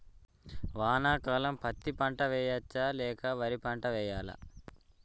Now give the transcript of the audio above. వానాకాలం పత్తి పంట వేయవచ్చ లేక వరి పంట వేయాలా?